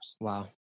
Wow